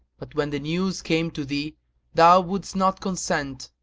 but when the news came to thee thou wouldst not consent.